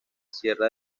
sierra